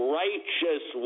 righteous